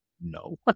no